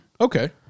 Okay